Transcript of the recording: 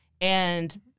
And-